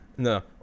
No